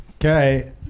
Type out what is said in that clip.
Okay